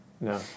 No